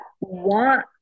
want